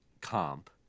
comp